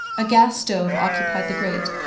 a gas stove occupied the grate,